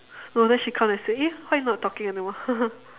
no then she come and say you eh why not talking anymore